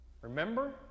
Remember